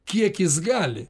kiek jis gali